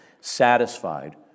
satisfied